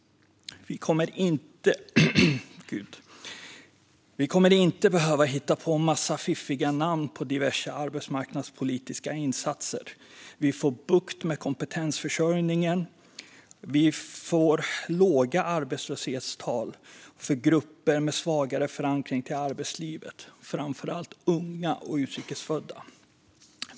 Vi kommer inte att behöva hitta på en massa fiffiga namn på diverse arbetsmarknadspolitiska insatser. Vi får bukt med kompetensförsörjningen. Vi får låga arbetslöshetstal för grupper med svagare förankring i arbetslivet, framför allt unga och utrikes födda.